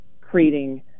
creating